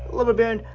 lumber baron,